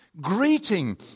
greeting